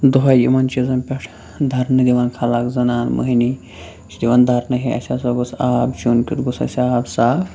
دۄہے یِمَن چیٖزَن پٮ۪ٹھ دھرنہٕ دِوان خلق زنان مٔہنی یہِ چھِ دِوان دھرنہٕ ہے اَسہِ ہَسا گوٚژھ آب چوٚن کیُتھ گوٚژھ اَسہِ آب صاف